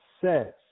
says